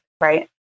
right